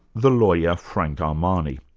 the lawyer, frank armani.